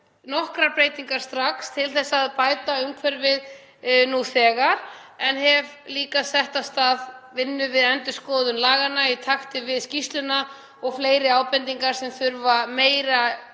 nokkrar breytingar strax til að bæta umhverfið nú þegar. Ég hef líka sett af stað vinnu við endurskoðun laganna í takti við skýrsluna og fleiri ábendingar sem þurfa meira tíma